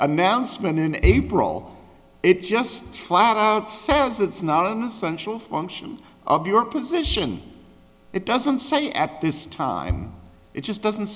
announcement in april it just flat out says it's not on the central function of your position it doesn't say at this time it just doesn't